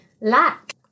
lack